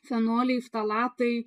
fenoliai ftalatai